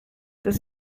das